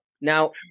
Now